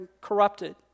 corrupted